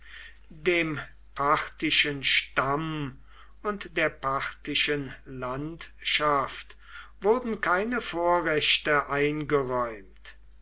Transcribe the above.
dem parthischen stamm und der parthischen landschaft wurden keine vorrechte eingeräumt